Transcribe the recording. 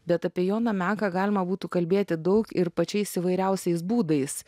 bet apie joną meką galima būtų kalbėti daug ir pačiais įvairiausiais būdais